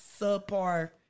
subpar